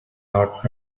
not